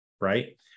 right